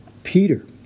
Peter